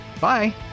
Bye